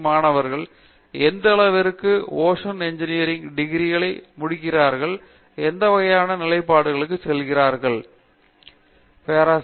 D மாணவர்கள் எந்த அளவிற்கு ஓசான் இன்ஜினியரில் ல் டிகிரிகளை முடித்திருக்கிறார்கள் எந்த வகையான நிலைப்பாடுகளுக்கு செல்கிறார்கள் அல்லது அவர்கள் பெறுகிறார்கள்